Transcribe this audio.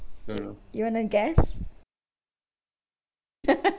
you want to guess